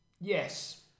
Yes